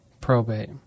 probate